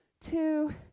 two